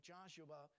Joshua